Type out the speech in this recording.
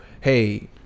hey